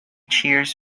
cheers